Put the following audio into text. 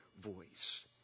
voice